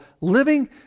living